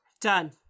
Done